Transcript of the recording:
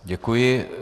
Děkuji.